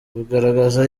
bigaragaza